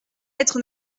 être